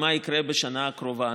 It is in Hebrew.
ומה יקרה בשנה הקרובה,